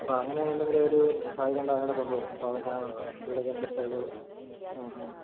അപ്പോൾ അങ്ങനെ എന്തെങ്കിലും ഒരു സാധ്യതയുണ്ട് അവനെ കൂടെ കൊണ്ടുപോ അപ്പോൾ അവന് ആ ഇച്ചിരൂടെക്കെ ഇൻട്രെസ്റ്റായിക്കോളും ആ ഹാ